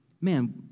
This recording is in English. Man